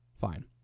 Fine